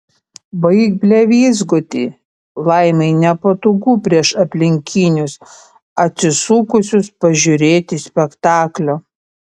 baik blevyzgoti laimai nepatogu prieš aplinkinius atsisukusius pažiūrėti spektaklio